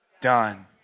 done